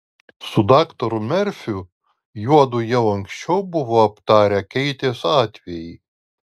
su daktaru merfiu juodu jau anksčiau buvo aptarę keitės atvejį